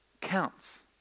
counts